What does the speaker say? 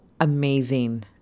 amazing